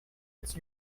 its